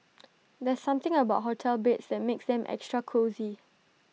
there's something about hotel beds that makes them extra cosy